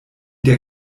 der